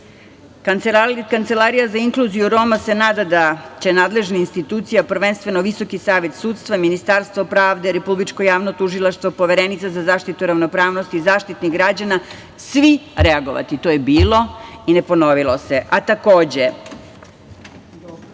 ustanova. Kancelarija za inkluziju Roma se nada da će nadležne institucije, prvenstveno Visoki savet sudstva, Ministarstvo pravde, Republičko javno tužilaštvo, Poverenica za zaštitu ravnopravnosti, Zaštitnik građana, reagovati. To je bilo i ne ponovilo se. Takođe,